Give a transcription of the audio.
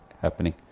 happening